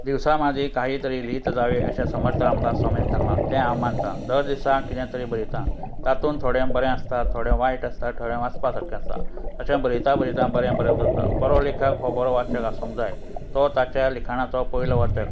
दिवसा माजी काही तरी लिहित जावे अशें समर्थ रामदास स्वामीन सांगलां तें हांव मानतां दर दिसा कितें तरी बरयता तातूंत थोडे बरें आसता थोडें वायट आसता थोडें वाचपा सारकें आसा अशें बरयता बरयता बरें बरोवप जाता बरो लेखक हो बरो वाचक आसूंक जाय तो ताच्या लिखाणाचो पयलो वाचक